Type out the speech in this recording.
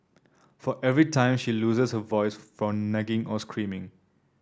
for every time she loses her voice from nagging or screaming